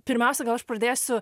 pirmiausia gal aš pradėsiu